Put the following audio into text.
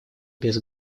без